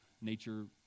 nature